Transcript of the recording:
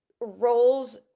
roles